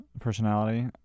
personality